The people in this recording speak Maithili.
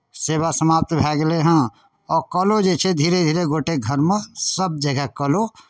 सेवा समाप्त भए गेलै हँ आओर कलो जे छै धीरे धीरे गोटेक घरमे सभ जगह कलो